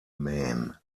men